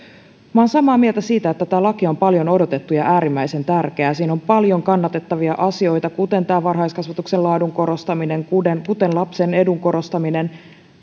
olen samaa mieltä siitä että tämä laki on paljon odotettu ja äärimmäisen tärkeä siinä on paljon kannatettavia asioita kuten varhaiskasvatuksen laadun korostaminen kuten kuten lapsen edun korostaminen